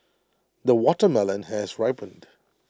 the watermelon has ripened